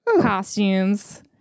costumes